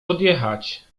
odjechać